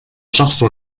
شخص